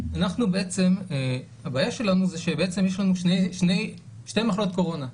אנחנו בעצם הבעיה שלנו זה שבעצם יש לנו שני מחלות קורונה,